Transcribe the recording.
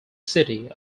city